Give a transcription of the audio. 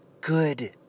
Good